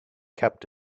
kept